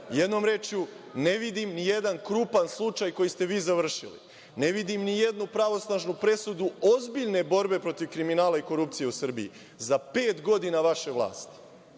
Jednom rečju, ne vidim ni jedan krupan slučaj koji ste vi završili, ne vidim ni jednu pravosnažnu presudu ozbiljne borbe protiv kriminala i korupcije u Srbiji za pet godina vaše vlasti. Ako